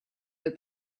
that